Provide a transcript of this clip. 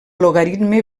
logaritme